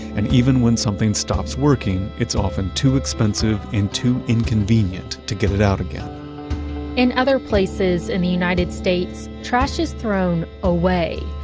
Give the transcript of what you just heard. and even when something stops working, it's often too expensive and too inconvenient to get it out again in other places in the united states, trash is thrown away,